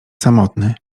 samotny